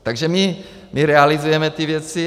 Takže my realizujeme ty věci.